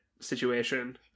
situation